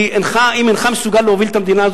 כי אם אינך מסוגל להוביל את המדינה הזאת